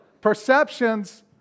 perceptions